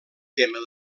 tema